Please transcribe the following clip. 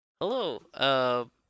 Hello